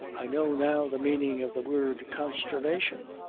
i know now the meaning of the word consternation,